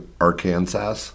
Arkansas